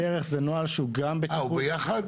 אה הוא ביחד?